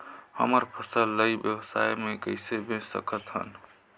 हमर फसल ल ई व्यवसाय मे कइसे बेच सकत हन?